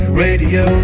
radio